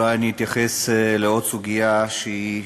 אני אולי אתייחס לעוד סוגיה שהיא